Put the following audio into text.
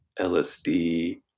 LSD